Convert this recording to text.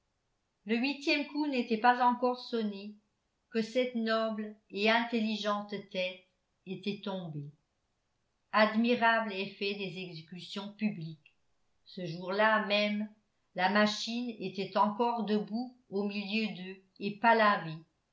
le huitième coup n'était pas encore sonné que cette noble et intelligente tête était tombée admirable effet des exécutions publiques ce jour-là même la machine étant encore debout au milieu d'eux et